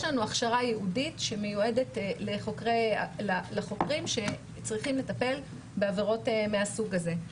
יש לנו הכשרה ייעודית שמיועדת לחוקרים שצריכים לטפל בעבירות מהסוג הזה.